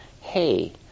hey